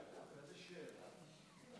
בטח, איזו שאלה.